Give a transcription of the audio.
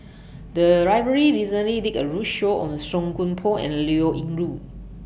The Library recently did A roadshow on Song Koon Poh and Liao Yingru